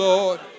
Lord